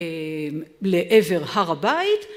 לעבר הר הבית.